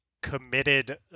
Committed